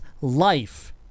life